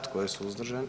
Tko je suzdržan?